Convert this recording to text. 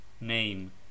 Name